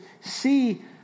see